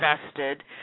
invested